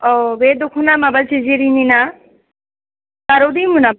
औ बे दख'ना माबा जिजिरिनि ना जारौ दैमु नामा